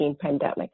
pandemic